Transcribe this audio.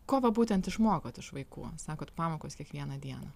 ko va būtent išmokot iš vaikų sakot pamokos kiekvieną dieną